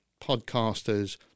podcasters